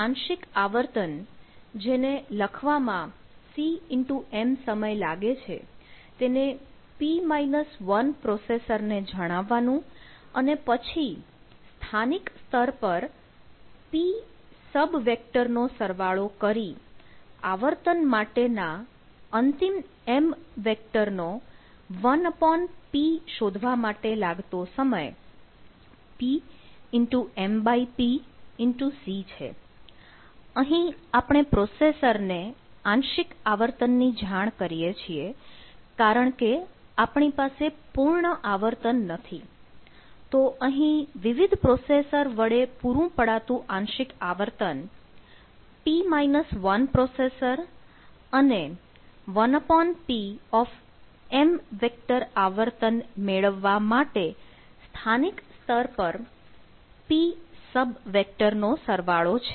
આ આંશિક આવર્તન જેને લખવામાં cm સમય લાગે છે તેને p 1 પ્રોસેસર ને જણાવવાનું અને પછી સ્થાનિક સ્તર પર p સબ વેક્ટર નો સરવાળો કરી આવર્તન માટે ના અંતિમ m વેક્ટર નો 1p શોધવા માટે લાગતો સમય p મેળવવા માટે સ્થાનિક સ્તર પર p સબવેક્ટર નો સરવાળો છે